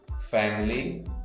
family